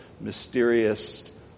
mysterious